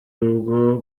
ubu